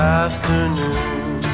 afternoon